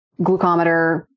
glucometer